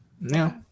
No